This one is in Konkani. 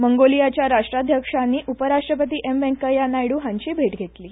मंगोलियाच्या राष्ट्रध्यक्षांनी उपरराष्ट्रपती एम वेंकय्या नायडू हांचीय भेट घेतली